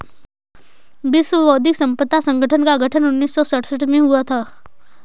विश्व बौद्धिक संपदा संगठन का गठन उन्नीस सौ सड़सठ में हुआ था